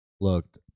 looked